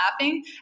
laughing